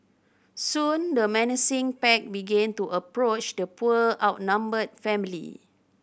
soon the menacing pack began to approach the poor outnumbered family